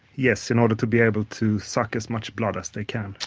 yes, in order to be able to suck as much blood as they can.